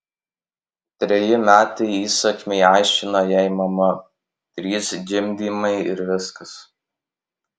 treji metai įsakmiai aiškino jai mama trys gimdymai ir viskas